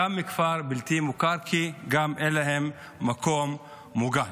גם היא מכפר בלתי מוכר, כי אין להם מקום מוגן.